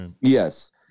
yes